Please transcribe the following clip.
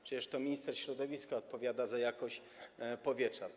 Przecież to minister środowiska odpowiada za jakość powietrza.